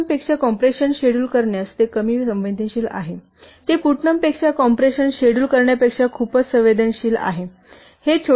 तर पुटनम पेक्षा compression schedule करण्यास ते कमी संवेदनशील आहे ते पुटनामपेक्षा कॉम्प्रेशन शेड्यूल करण्यापेक्षा खूपच संवेदनशील आहे